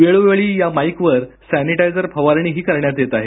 वेळोवेळी या माईकवर सॅनिटायझर फवारणीही करण्यात येत आहे